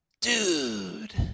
Dude